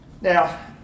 Now